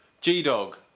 G-Dog